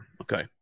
Okay